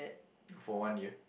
for one year